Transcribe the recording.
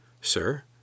Sir